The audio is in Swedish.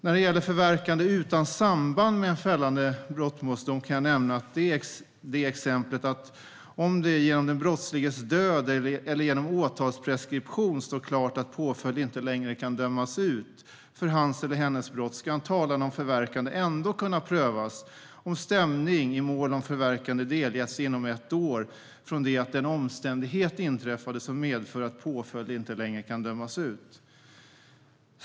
När det gäller förverkande utan samband med en fällande brottmålsdom kan jag nämna exemplet att om det genom den brottsliges död eller genom åtalspreskription står klart att påföljd inte längre kan dömas ut för hans eller hennes brott ska en talan om förverkande ändå kunna prövas om stämning i mål om förverkande delgetts inom ett år från det att den omständighet inträffade som medför att påföljd inte längre kan dömas ut.